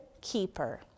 keeper